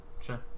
Sure